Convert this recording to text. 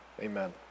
Amen